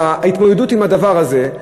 וההתמודדות עם הדבר הזה,